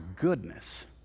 goodness